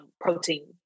protein